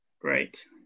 Great